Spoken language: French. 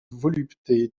volupté